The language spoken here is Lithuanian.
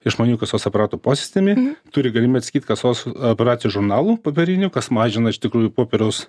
išmaniųjų kasos aparatų posistemį turi galimybę atsisakyt kasos operacijų žurnalų popierinių kas mažina iš tikrųjų popieriaus